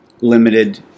limited